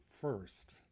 FIRST